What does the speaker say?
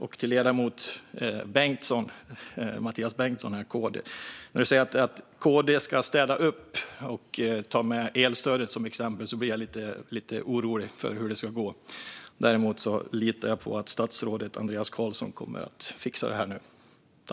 När ledamoten Mathias Bengtsson, KD, säger att KD ska städa upp och tar elstödet som exempel blir jag lite orolig för hur det ska gå. Däremot litar jag på att statsrådet Andreas Carlson nu kommer att fixa detta.